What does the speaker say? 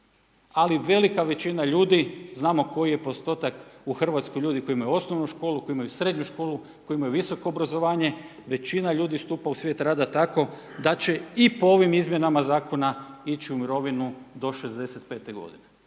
ali velika većina ljudi, znamo koji je postotak u Hrvatskoj ljudi koji imaju osnovnu školu, koji imaju srednju školu, koji imaju visoko obrazovanje, većina ljudi stupa u svijet rada tako da će i po ovim izmjenama zakona ići u mirovinu do 65. godine.